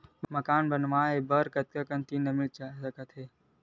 मकान बनाये बर कतेकन ऋण मिल सकथे?